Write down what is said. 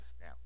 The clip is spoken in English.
now